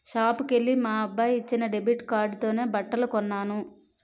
షాపుకెల్లి మా అబ్బాయి ఇచ్చిన డెబిట్ కార్డుతోనే బట్టలు కొన్నాను